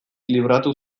libratu